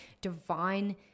divine